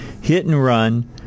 hit-and-run